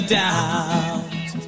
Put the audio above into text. doubt